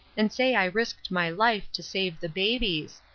and say i risked my life to save the baby's,